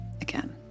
again